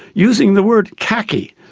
using the word khaki,